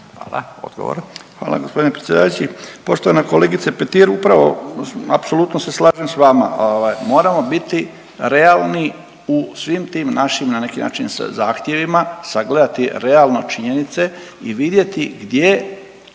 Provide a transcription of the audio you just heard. Stipan (HDZ)** Hvala g. predsjedavajući. Poštovana kolegice Petir, upravo apsolutno se slažem s vama moramo biti realni u svim tim na neki način sa zahtjevima, sagledati realno činjenice i vidjeti gdje